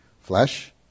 flesh